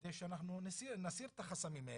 כדי שנסיר את החסמים האלה.